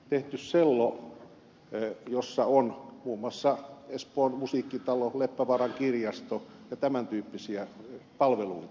työeläkerahastoilla tehty sello jossa on muun muassa espoon musiikkitalo leppävaaran kirjasto ja tämän tyyppisiä palveluita